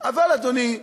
אבל, אדוני,